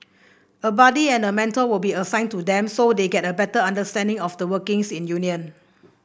a buddy and mentor will be assigned to them so they get a better understanding of the workings in union